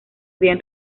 bien